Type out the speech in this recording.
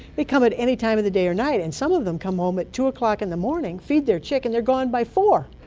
they come at any time of the day or night, and some of them come home at two o'clock in the morning, feed their chick, and they're gone by four!